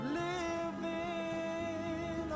living